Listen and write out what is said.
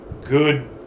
good